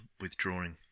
withdrawing